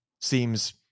seems